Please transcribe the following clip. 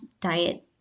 diet